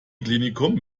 klinikum